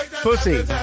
pussy